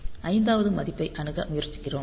ஐந்தாவது மதிப்பை அணுக முயற்சிக்கிறோம்